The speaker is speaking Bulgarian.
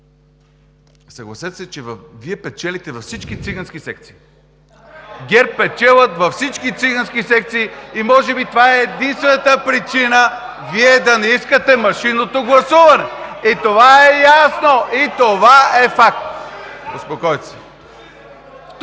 съгласете се, че Вие печелите във всички цигански секции, ГЕРБ печелят във всички цигански секции и може би това е единствената причина Вие да не искате машинното гласуване. И това е ясно! Това е факт! (Шум и реплики.)